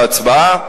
בהצבעה.